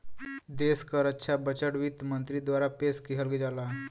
देश क रक्षा बजट वित्त मंत्री द्वारा पेश किहल जाला